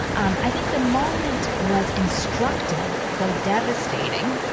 um, i think the moment was instructive, though devastating,